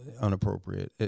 unappropriate